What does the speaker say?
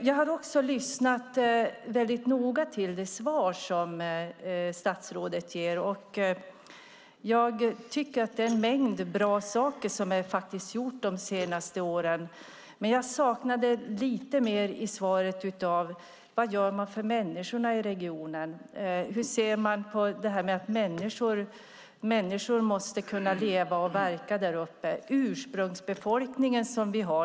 Jag har också lyssnat väldigt noga till det svar som statsrådet gett. Jag tycker faktiskt att det är en mängd bra saker som har gjorts de senaste åren. Men jag saknade en del i svaret. Vad gör man för människorna i regionen? Hur ser man på att människor måste kunna leva och verka där uppe?